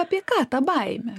apie ką ta baimė